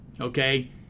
okay